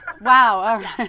Wow